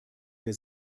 der